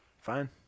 fine